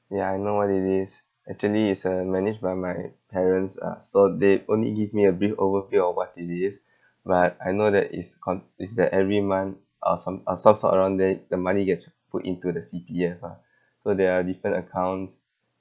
ya I know what it is actually it's uh managed by my parents ah so they only give me a bit overview of what it is but I know that is con~ is that every month uh some uh some sort around it the money get put into the C_P_F ah so there are different accounts